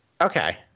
Okay